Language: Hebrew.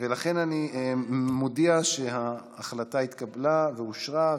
אני מודיע שההחלטה התקבלה ואושרה,